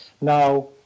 Now